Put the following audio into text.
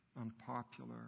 unpopular